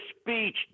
speech